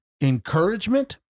encouragement